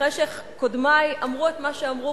ואחרי שקודמי אמרו את מה שאמרו,